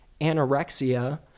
anorexia